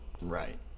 Right